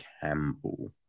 Campbell